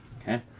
Okay